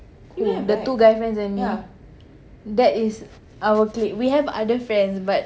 who the two guy friends and me that is our clique we have other friends but